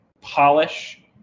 polish